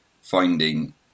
finding